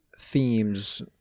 themes